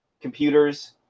computers